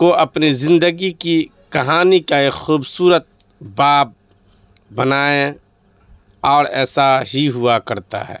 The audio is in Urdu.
کو اپنی زندگی کی کہانی کا ایک خوبصورت باب بنائیں اور ایسا ہی ہوا کرتا ہے